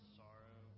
sorrow